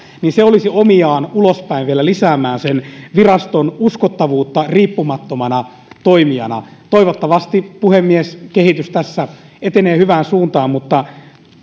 niin se olisi omiaan vielä lisäämään ulospäin sen viraston uskottavuutta riippumattomana toimijana toivottavasti puhemies kehitys tässä etenee hyvään suuntaan mutta